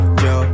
yo